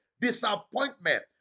disappointment